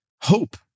Hope